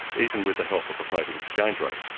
even with the help of a floating exchange rate.